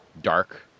dark